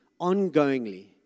ongoingly